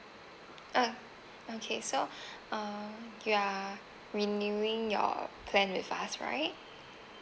uh okay so uh you are renewing your plan with us right